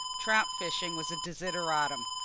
trout-fishing was a desideratum.